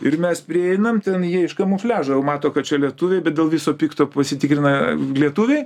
ir mes prieinam ten jie iš kamufliažo jau mato kad čia lietuviai bet dėl viso pikto pasitikrina lietuviai